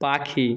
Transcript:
পাখি